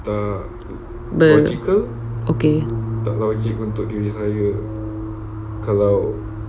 okay